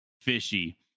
Fishy